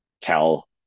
tell